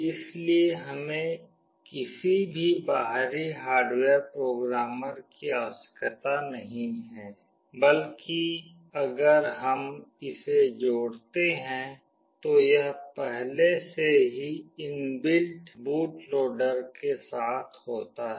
इसलिए हमें किसी भी बाहरी हार्डवेयर प्रोग्रामर की आवश्यकता नहीं है बल्कि अगर हम इसे जोड़ते हैं तो यह पहले से ही इनबिल्ट बूट लोडर के साथ होता है